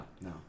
no